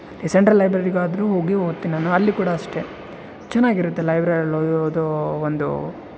ಈ ಸೆಂಟ್ರಲ್ ಲೈಬ್ರೆರಿಗಾದರೂ ಹೋಗಿ ಓದ್ತೀನಿ ನಾನು ಅಲ್ಲಿ ಕೂಡ ಅಷ್ಟೇ ಚೆನ್ನಾಗಿರುತ್ತೆ ಲೈಬ್ರೆರಿಲಿ ಓದೋದು ಒಂದು